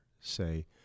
say